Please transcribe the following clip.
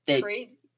crazy